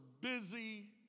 busy